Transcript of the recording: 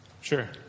sure